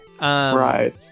right